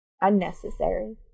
Unnecessary